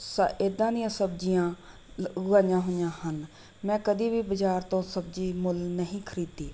ਸ ਇੱਦਾਂ ਦੀਆਂ ਸਬਜ਼ੀਆਂ ਲ ਉਗਾਈਆਂ ਹੋਈਆਂ ਹਨ ਮੈਂ ਕਦੀ ਵੀ ਬਾਜ਼ਾਰ ਤੋਂ ਸਬਜ਼ੀ ਮੁੱਲ ਨਹੀਂ ਖਰੀਦੀ